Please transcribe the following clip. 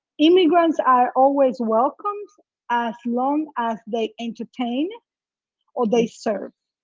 immigrants are always welcome as long as they entertain or they serve.